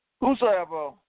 Whosoever